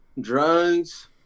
drugs